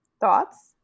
Thoughts